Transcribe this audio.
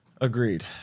Agreed